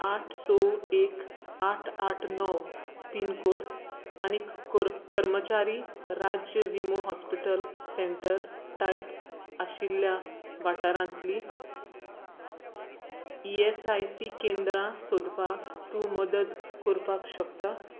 आठ सो एक आठ आठ णव पीन कॉड आनी कर कर्मचारी राज्य विमो हॉस्पिटल सेंटर टायप आशिल्ल्या वाठारांतली ई एस आय सी केंद्रां सोदपाक तूं मदत कोरपाक शकता